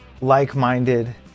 like-minded